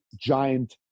giant